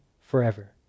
forever